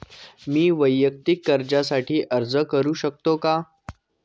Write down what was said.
मी वैयक्तिक कर्जासाठी अर्ज करू शकतो का?